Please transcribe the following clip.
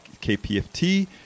KPFT